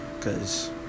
Cause